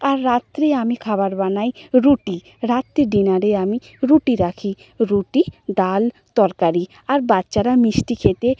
আর রাত্রে আমি খাবার বানাই রুটি রাত্রে ডিনারে আমি রুটি রাখি রুটি ডাল তরকারি আর বাচ্চারা মিষ্টি খেতে